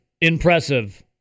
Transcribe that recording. impressive